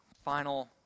final